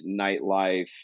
nightlife